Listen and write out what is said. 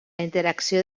interacció